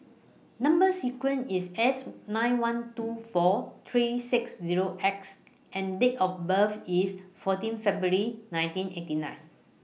Number sequence IS S nine one two four three six Zero X and Date of birth IS fourteen February nineteen eighty nine